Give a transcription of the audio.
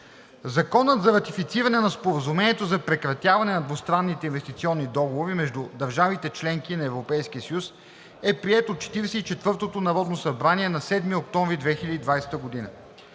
Законът за ратифициране на Споразумението за прекратяване на двустранните инвестиционни договори между държавите – членки на Европейския съюз, е приет от Четиридесет и четвъртото народно събрание на 7 октомври 2020 г.